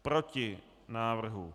Proti návrhu.